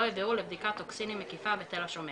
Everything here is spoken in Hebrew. הביאו לבדיקת טוקסינים מקיפה בתל השומר.